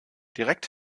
direkt